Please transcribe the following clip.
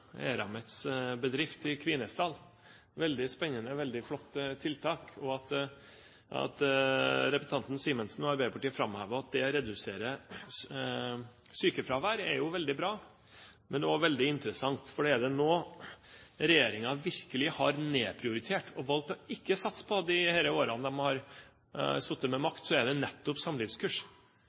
Eramets bedrift i Kvinesdal – veldig spennende og flotte tiltak. At representanten Simensen og Arbeiderpartiet framhever at det reduserer sykefravær, er veldig bra, men også veldig interessant. For er det noe regjeringen virkelig har nedprioritert og valgt ikke å satse på i de årene de har sittet med makt, er det nettopp samlivskurs.